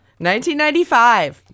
1995